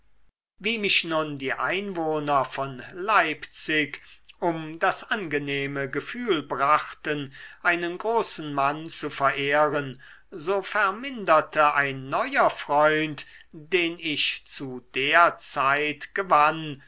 wie mich nun die einwohner von leipzig um das angenehme gefühl brachten einen großen mann zu verehren so verminderte ein neuer freund den ich zu der zeit gewann